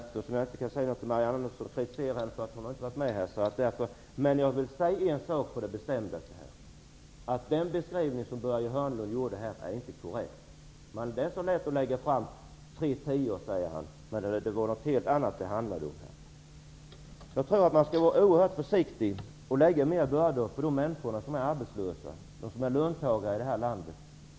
Jag kan ju inte kritisera Marianne Andersson, eftersom hon inte har varit med. Men jag vill på det bestämdaste säga en sak: Den beskrivning som Börje Hörnlund gjorde är inte korrekt. Det är så lätt att tala om tre tior, men det handlar om någonting helt annat. Man skall vara oerhört försiktig med att lägga fler bördor på de människor som är arbetslösa och som är löntagare i det här landet.